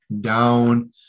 down